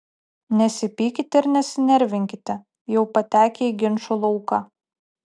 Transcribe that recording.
nesipykite ir nesinervinkite jau patekę į ginčų lauką